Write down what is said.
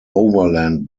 overland